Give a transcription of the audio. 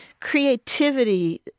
creativity